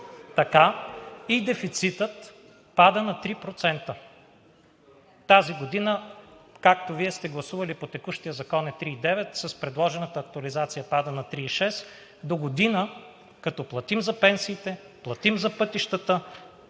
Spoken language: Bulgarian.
Дефицитът пада на 3%. Тази година, както Вие сте гласували, по текущия закон е 3,9, с предложената актуализация пада на 3,6. Догодина, като платим за пенсиите, платим за пътищата,